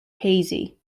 hazy